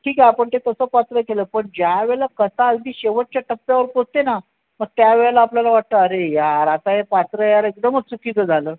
ठीक आहे आपण ते तसं पात्र केलं पण ज्या वेळेला कथा अगदी शेवटच्या टप्प्यावर पोचते ना मग त्यावेळेला आपल्याला वाटतं अरे यार आता हे पात्र यार एकदमच चुकीचं झालं